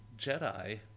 Jedi